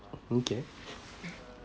okay